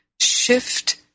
shift